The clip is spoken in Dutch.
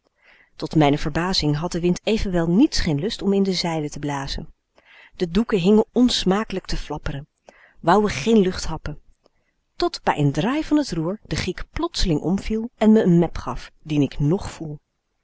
tot mijne verbazing had de wind evenwel niets geen lust om i n de zeilen te blazen de doeken hingen onsmakelijk te flapperen wouen geen lucht happen tot bij n draai van t roer de giek plotseling omviel en me een mep gaf dien ik ng voel